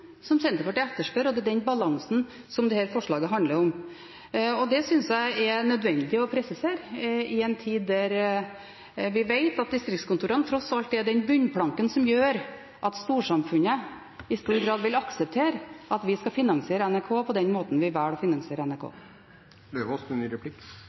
Senterpartiet etterspør, og det er den balansen dette forslaget handler om. Det synes jeg er nødvendig å presisere i en tid da vi vet at distriktskontorene tross alt er den bunnplanken som gjør at storsamfunnet i stor grad vil akseptere at vi skal finansiere NRK på den måten vi velger å finansiere NRK